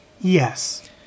Yes